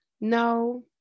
no